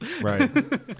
Right